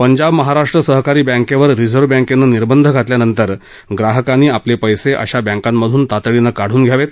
पंजाब महाराष्ट्र सहकारी बँकेवर रिझर्व बँकेनं निर्बंध घातल्यानंतर ग्राहकांनी आपले पस्तीअशा बँकांमधून तातडीनं काढून घ्यावेत